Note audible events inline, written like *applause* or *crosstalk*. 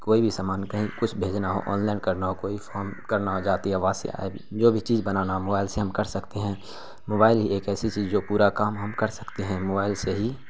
کوئی بھی سامان کہیں کچھ بھیجنا ہو آن لائن کرنا ہو کوئی فون کرنا ہو جاتے ہی یا *unintelligible* بنانا ہو جو بھی چیز بنانا ہو موائل سے ہم کر سکتے ہیں موائل ہی ایک ایسی چیز ہے جو پورا کام ہم کر سکتے ہیں موائل سے ہی